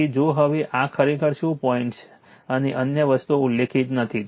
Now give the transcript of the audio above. તેથી જો હવે આ ખરેખર શું પોઇન્ટ્સ અને અન્ય વસ્તુઓ ઉલ્લેખિત નથી